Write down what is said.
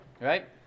Right